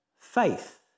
faith